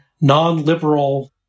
non-liberal